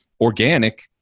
organic